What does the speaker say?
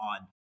on